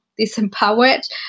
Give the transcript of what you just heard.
disempowered